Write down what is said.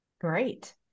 Great